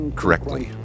correctly